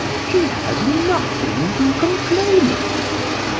she has nothing to complain of.